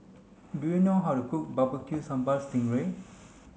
do you know how to cook barbecue sambal sting ray